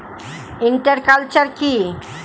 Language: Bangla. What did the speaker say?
ইন্টার কালচার কি?